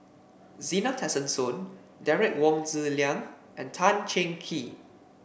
Zena Tessensohn Derek Wong Zi Liang and Tan Cheng Kee